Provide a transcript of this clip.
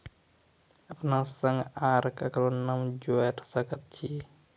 अपन संग आर ककरो नाम जोयर सकैत छी?